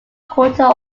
quarter